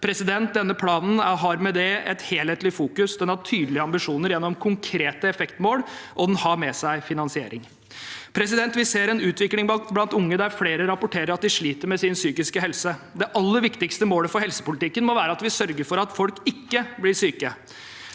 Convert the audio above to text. feltet. Denne planen har med det et helhetlig fokus, den har tydelige ambisjoner gjennom konkrete effektmål, og den har med seg finansiering. Vi ser en utvikling blant unge der flere rapporterer at de sliter med sin psykiske helse. Det aller viktigste målet for helsepolitikken må være at vi sørger for at folk ikke blir syke.